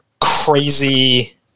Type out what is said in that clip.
crazy